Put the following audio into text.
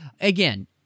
Again